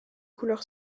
couleur